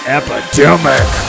epidemic